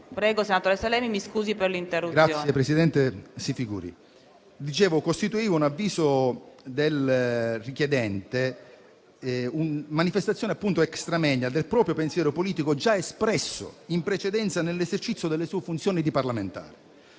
Prego, senatore Sallemi, e mi scusi per l'interruzione. SALLEMI, *relatore*. Grazie, Presidente. Come dicevo, costituiva, ad avviso del richiedente, manifestazione *extra moenia* del proprio pensiero politico già espresso in precedenza nell'esercizio delle sue funzioni di parlamentare.